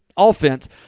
offense